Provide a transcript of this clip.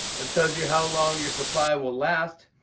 that tells you how long your supply will last.